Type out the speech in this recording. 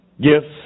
gifts